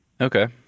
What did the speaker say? Okay